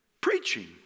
Preaching